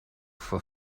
for